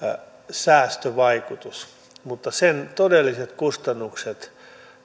säästövaikutus mutta sen todelliset kustannukset